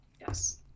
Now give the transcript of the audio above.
Yes